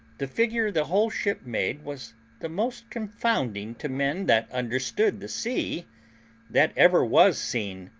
the figure the whole ship made was the most confounding to men that understood the sea that ever was seen.